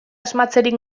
asmatzerik